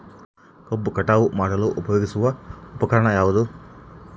ಕಬ್ಬು ಕಟಾವು ಮಾಡಲು ಉಪಯೋಗಿಸುವ ಉಪಕರಣ ಯಾವುದು?